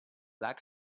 black